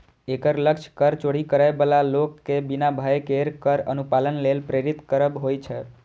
एकर लक्ष्य कर चोरी करै बला लोक कें बिना भय केर कर अनुपालन लेल प्रेरित करब होइ छै